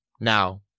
now